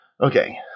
Okay